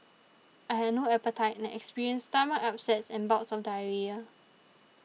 I had no appetite and experienced stomach upsets and bouts of diarrhoea